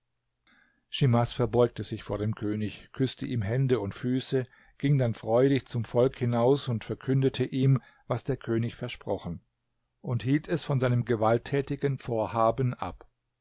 schimas verbeugte sich vor dem könig küßte ihm hände und füße ging dann freudig zum volk hinaus verkündete ihm was der könig versprochen und hielt es von seinem gewalttätigen vorhaben ab